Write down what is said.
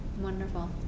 Wonderful